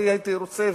אני הייתי רוצה,